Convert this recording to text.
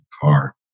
car